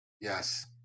Yes